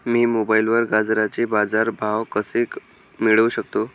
मी मोबाईलवर गाजराचे बाजार भाव कसे मिळवू शकतो?